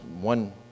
One